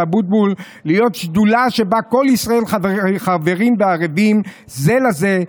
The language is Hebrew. אבוטבול להיות שדולה שבה כל ישראל חברים וערבים זה לזה,